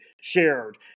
shared